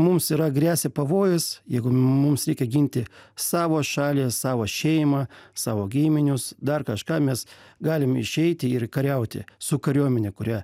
mums yra gresia pavojus jeigu mums reikia ginti savo šalį savo šeimą savo giminius dar kažką mes galim išeiti ir kariauti su kariuomene kurią